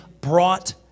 brought